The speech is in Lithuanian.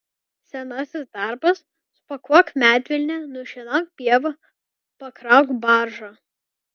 senasis darbas supakuok medvilnę nušienauk pievą pakrauk baržą